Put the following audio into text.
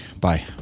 Bye